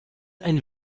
ein